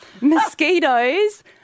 mosquitoes